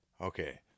okay